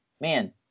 man